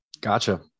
Gotcha